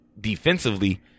defensively